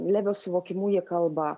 levio suvokimu ji kalba